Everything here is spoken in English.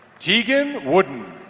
teagan wooden.